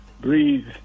breathe